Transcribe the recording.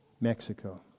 Mexico